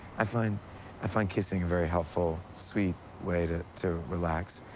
i find i find kissing a very helpful, sweet way to to relax.